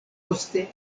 poste